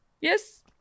yes